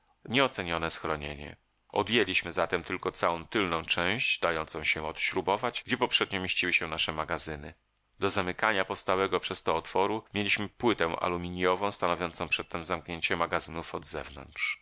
nieocenione schronienie odjęliśmy zatem tylko całą tylną część dającą się odśrubować gdzie poprzednio mieściły się nasze magazyny do zamykania powstałego przez to otworu mieliśmy płytę aluminjową stanowiącą przedtem zamknięcie magazynów od zewnątrz